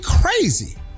crazy